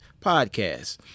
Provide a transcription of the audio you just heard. podcast